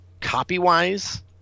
Copy-wise